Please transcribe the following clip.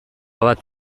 bat